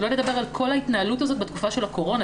שלא לדבר על כל ההתנהלות הזאת בתקופה של הקורונה,